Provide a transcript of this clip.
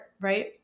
Right